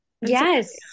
yes